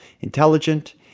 intelligent